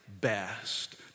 best